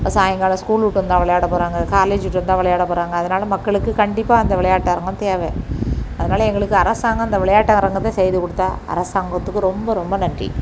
சாயங்காலம் ஸ்கூல் விட்டு வந்தால் விளையாட போகிறாங்க காலேஜ் விட்டு வந்தால் விளையாட போகிறாங்க அதனால் மக்களுக்கு கண்டிப்பாக அந்த விளையாட்டு அரங்கம் தேவை அதனால் எங்களுக்கு அரசாங்கம் இந்த விளையாட்டு அரங்கத்தை செய்து கொடுத்தா அரசாங்கத்துக்கு ரொம்ப ரொம்ப நன்றி